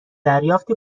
دریافت